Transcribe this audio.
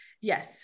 Yes